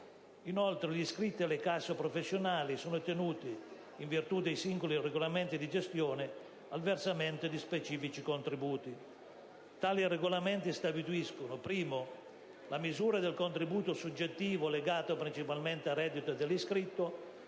Inoltre, gli iscritti alle casse professionali sono tenuti, in virtù dei singoli regolamenti di gestione, al versamento di specifici contributi. Tali regolamenti stabiliscono, in primo luogo, la misura del contributo soggettivo legato principalmente al reddito dell'iscritto,